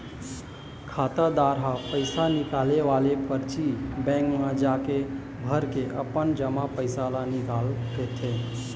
खातादार ह पइसा निकाले वाले परची बेंक म जाके भरके अपन जमा पइसा ल निकाल लेथे